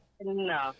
No